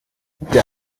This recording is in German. der